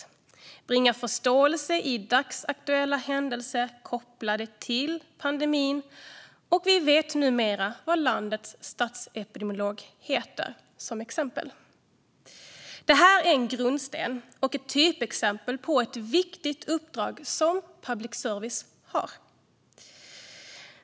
De har bidragit till att bringa förståelse för dagsaktuella händelser kopplade till pandemin, och vi vet till exempel numera vad landets statsepidemiolog heter. Detta är en grundsten och ett typexempel på ett viktigt uppdrag som public service har.